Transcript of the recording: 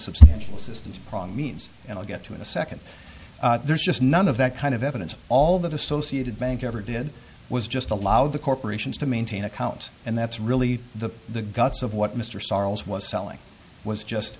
substantial assistance probably means and i'll get to in a second there's just none of that kind of evidence all that associated bank ever did was just allow the corporations to maintain accounts and that's really the the guts of what mr sorrels was selling was just